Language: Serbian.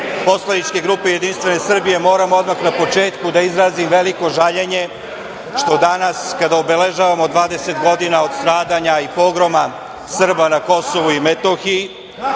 poslaničke grupe Jedinstvene Srbije moram odmah na početku da izrazim veliko žaljenje što danas kada obeležavamo 20 godina od stradanja i pogroma Srba na Kosovu i Metohiji,